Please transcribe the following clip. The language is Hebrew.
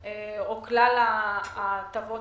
או כלל ההטבות